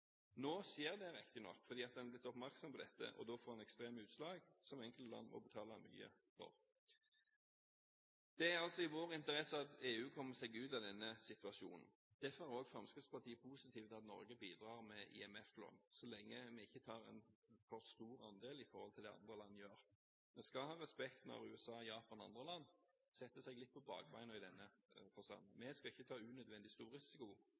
Nå skjer det riktignok, fordi en har blitt oppmerksom på dette. Da får det ekstreme utslag, som enkelte land nå må betale mye for. Det er altså i vår interesse at EU kommer seg ut av denne situasjonen. Derfor er også Fremskrittspartiet positive til at Norge bidrar med IMF-lån, så lenge vi ikke tar en for stor andel i forhold til det andre land gjør. Vi skal ha respekt når USA, Japan og andre land setter seg litt på bakbena i denne forbindelsen. Vi skal ikke ta unødvendig stor risiko